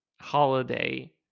holiday